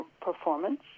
performance